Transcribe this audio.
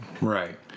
Right